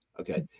okay